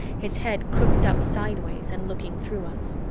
his head crooked up sideways and looking through us.